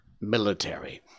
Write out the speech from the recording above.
military